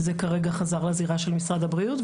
זה כרגע חזר לזירה של משרד הבריאות,